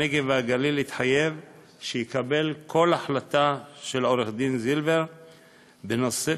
הנגב והגליל התחייב שיקבל כל החלטה של עורכת-הדין זילבר בנושא,